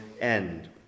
end